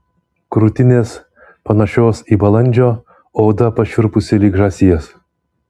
krūtinės panašios į balandžio oda pašiurpusi lyg žąsies